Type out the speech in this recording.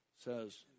says